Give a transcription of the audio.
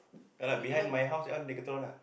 ya lah behind my house that one decathlon lah